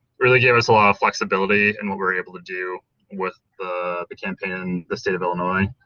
really gave us a lot of flexibility and what we're able to do with the the campaign in the state of illinois